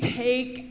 take